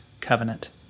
covenant